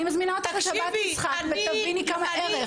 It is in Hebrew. אני מזמינה אותך לשבת משחק ותביני כמה ערך.